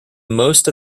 most